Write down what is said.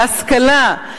להשכלה,